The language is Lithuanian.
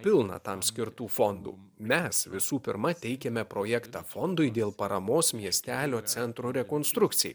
pilną tam skirtų fondų mes visų pirma teikiame projektą fondui dėl paramos miestelio centro rekonstrukcijai